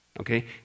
okay